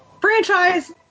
franchise